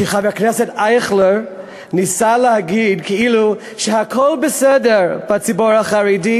כי חבר הכנסת אייכלר ניסה להגיד כאילו שהכול בסדר בציבור החרדי,